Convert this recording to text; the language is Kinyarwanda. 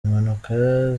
impanuka